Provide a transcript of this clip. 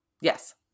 Yes